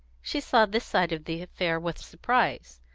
she saw this side of the affair with surprise.